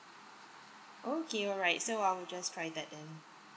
okay alright so I'll just try that then